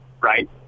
right